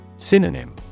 Synonym